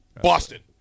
Boston